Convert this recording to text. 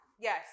Yes